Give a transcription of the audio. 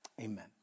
Amen